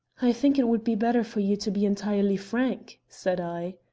i think it would be better for you to be entirely frank, said i.